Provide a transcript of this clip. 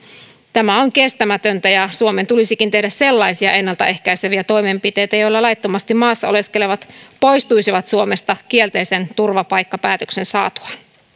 tämä on kestämätöntä ja suomen tulisikin tehdä sellaisia ennalta ehkäiseviä toimenpiteitä joilla laittomasti maassa oleskelevat poistuisivat suomesta kielteisen turvapaikkapäätöksen saatuaan